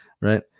right